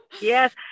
Yes